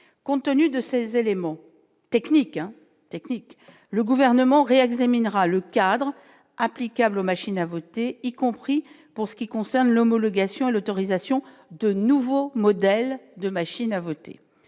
techniques un techniques technique le gouvernement minérales Khadr applicable aux machines à voter, y compris pour ce qui concerne l'homologation à l'autorisation de nouveaux modèles de machines à voter